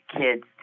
kids